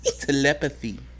telepathy